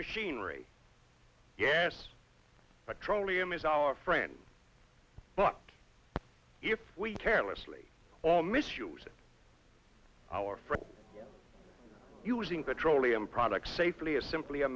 machinery yes petroleum is our friend but if we carelessly all misuse of power for using petroleum products safely is simply a